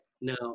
now